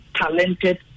talented